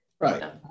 Right